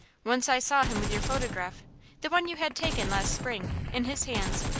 once i saw him with your photograph the one you had taken last spring in his hands,